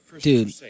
Dude